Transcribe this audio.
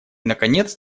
наконец